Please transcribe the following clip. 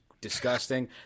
disgusting